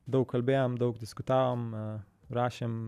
daug kalbėjom daug diskutavom rašėm